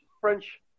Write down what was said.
French